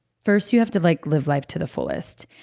first, you have to like live life to the fullest.